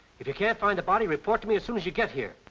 if you can't find the body, report to me as soon as you get here.